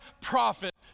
prophet